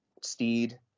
Steed